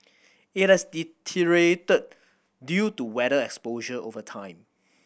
it had deteriorated due to weather exposure over time